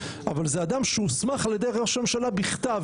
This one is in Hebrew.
אבל זה אדם שהוסמך על ידי ראש הממשלה בכתב.